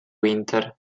winter